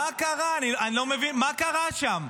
אני לא מבין מה קרה שם.